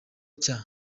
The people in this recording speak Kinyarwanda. cyari